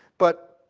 but,